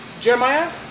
Jeremiah